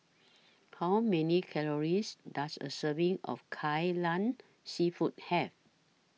How Many Calories Does A Serving of Kai Lan Seafood Have